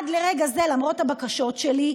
עד לרגע זה, למרות הבקשות שלי,